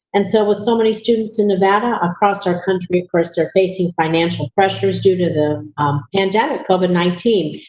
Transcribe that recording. and so, with so many students in nevada, across our country, of course they're facing financial pressures due to the pandemic, covid nineteen.